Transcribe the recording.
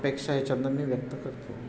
अपेक्षा याच्यानंतर मी व्यक्त करतो